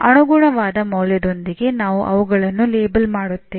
ಅನುಗುಣವಾದ ಮೌಲ್ಯದೊಂದಿಗೆ ನಾವು ಅವುಗಳನ್ನು ಲೇಬಲ್ ಮಾಡುತ್ತೇವೆ